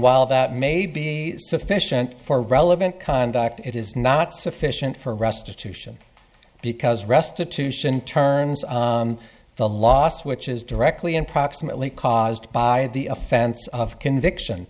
while that may be sufficient for relevant conduct it is not sufficient for restitution because restitution turns the loss which is directly and proximately caused by the offense of conviction